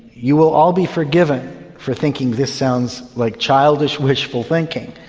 you will all be forgiven for thinking this sounds like childish wishful thinking,